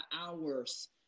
hours